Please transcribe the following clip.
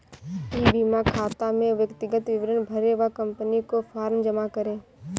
ई बीमा खाता में व्यक्तिगत विवरण भरें व कंपनी को फॉर्म जमा करें